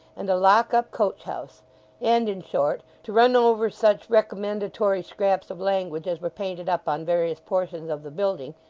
and a lock-up coach-house and, in short, to run over such recommendatory scraps of language as were painted up on various portions of the building,